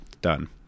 done